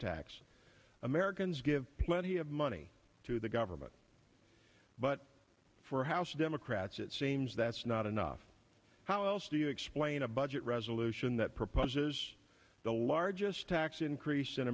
tax americans give plenty of money to the government but for house democrats it seems that's not enough how else do you explain a budget resolution that proposes the largest tax increase in